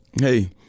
hey